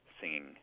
singing